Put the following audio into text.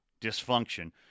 dysfunction